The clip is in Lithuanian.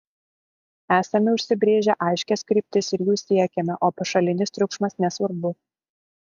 esame užsibrėžę aiškias kryptis ir jų siekiame o pašalinis triukšmas nesvarbu